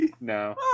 No